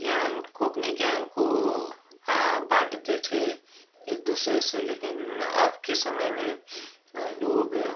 ज्ञान को अपने ज्ञान को बाँटते थे एक दूसरे से लेकिन अब के समय में लोग